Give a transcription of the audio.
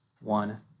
One